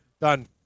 Done